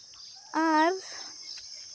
ᱟᱨ